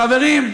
חברים,